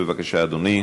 בבקשה, אדוני.